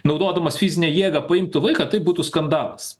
naudodamas fizinę jėgą paimtų vaiką tai būtų skandalas